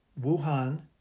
Wuhan